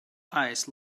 eyes